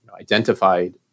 identified